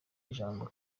ijambo